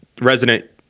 Resident